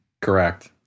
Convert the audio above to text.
Correct